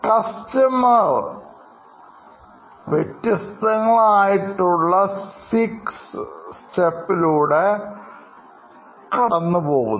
customer 6 steps കൂടെ കടന്നു പോകുന്നു